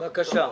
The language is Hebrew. בבקשה.